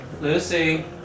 Lucy